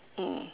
mm